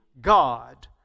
God